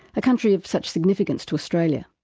a country of such significance to australia.